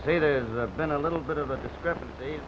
say there is a been a little bit of a discrepancy